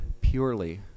purely